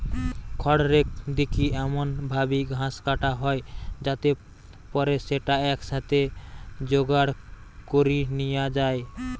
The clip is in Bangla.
খড়রেক দিকি এমন ভাবি ঘাস কাটা হয় যাতে পরে স্যাটা একসাথে জোগাড় করি নিয়া যায়